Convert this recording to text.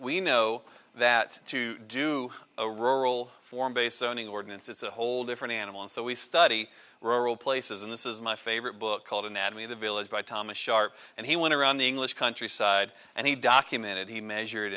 we know that to do a rural form base owning ordinance is a whole different animal and so we study rural places and this is my favorite book called anatomy of the village by thomas sharp and he went around the english countryside and he documented he measured